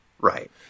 Right